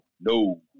no